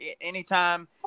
anytime